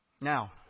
Now